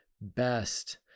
best